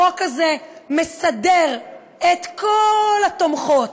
החוק הזה מסדר את כל התומכות,